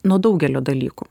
nuo daugelio dalykų